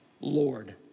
Lord